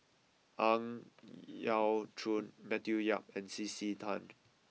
Ang Yau Choon Matthew Yap and C C Tan